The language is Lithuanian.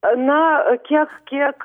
na kiek kiek